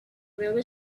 railway